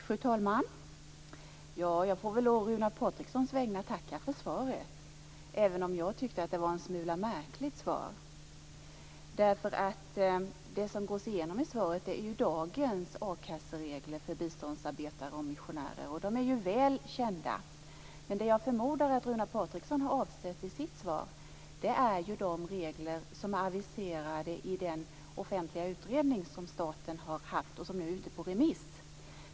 Fru talman! Jag får å Runar Patrikssons vägnar tacka för svaret, även om jag tycker att det var en smula märkligt. Det som gås igenom i svaret är dagens a-kasseregler för biståndsarbetare och missionärer, och de är ju väl kända. Det som jag förmodar att Runar Patriksson har avsett i sin interpellation är de regler som är aviserade i den statliga utredning vars förslag nu är ute på remiss.